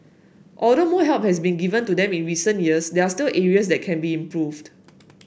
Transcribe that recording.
although more help has been given to them in recent years there are still areas that can be improved